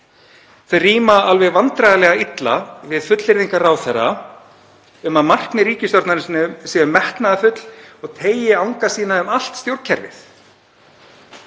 Þau ríma alveg vandræðalega illa við fullyrðingar ráðherra um að markmið ríkisstjórnarinnar séu metnaðarfull og teygi anga sína um allt stjórnkerfið.